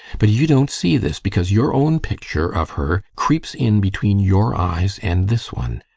but you don't see this, because your own picture of her creeps in between your eyes and this one.